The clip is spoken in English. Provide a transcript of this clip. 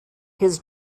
his